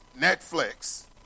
Netflix